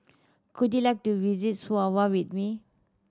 could you like to visit Suva with me